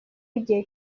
igihe